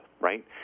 right